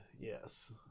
Yes